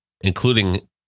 including